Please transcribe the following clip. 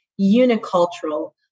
unicultural